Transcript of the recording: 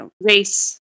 race